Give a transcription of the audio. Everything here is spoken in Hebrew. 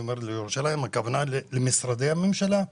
וכשאני אומר ירושלים הכוונה היא למשרדי הממשלה,